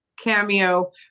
cameo